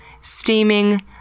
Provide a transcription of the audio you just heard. steaming